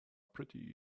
pretty